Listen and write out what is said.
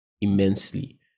immensely